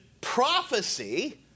prophecy